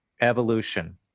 evolution